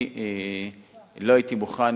אני לא הייתי מוכן